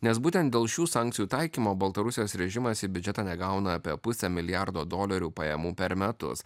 nes būtent dėl šių sankcijų taikymo baltarusijos režimas į biudžetą negauna apie pusę milijardo dolerių pajamų per metus